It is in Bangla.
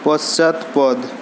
পশ্চাৎপদ